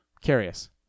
curious